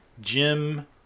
Jim